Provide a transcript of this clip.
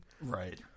Right